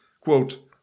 Quote